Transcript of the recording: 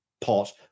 pot